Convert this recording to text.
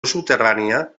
subterrània